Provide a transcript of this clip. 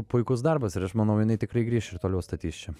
puikus darbas ir aš manau jinai tikrai grįš ir toliau statys čia